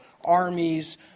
armies